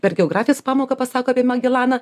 per geografijos pamoką pasako apie magelaną